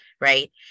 right